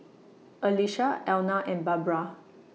Alesha Elna and Barbra